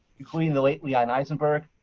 including the late leon eisenberg,